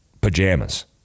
Pajamas